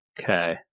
Okay